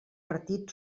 partit